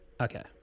Okay